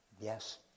yes